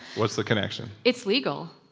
what's the connection? it's legal,